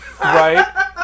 Right